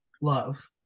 love